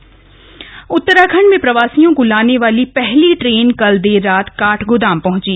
प्रवासी नैनीताल उत्तराखण्ड में प्रवासियों को लाने वाली पहली ट्रेन कल देर रात काठगोदाम पहुंची